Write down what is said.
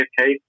Okay